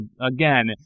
again